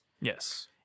Yes